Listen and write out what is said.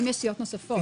סיעות נוספות.